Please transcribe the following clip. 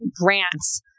grants